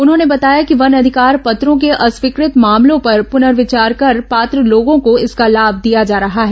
उन्होंने बताया कि वन अधिकार पत्रों के अस्वीकृत मामलों पर पुनर्विचार कर पात्र लोगों को इसका लाभ दिया जा रहा है